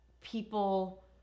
people